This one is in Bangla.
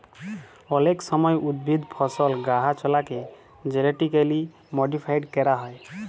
অলেক সময় উদ্ভিদ, ফসল, গাহাচলাকে জেলেটিক্যালি মডিফাইড ক্যরা হয়